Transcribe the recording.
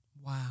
Wow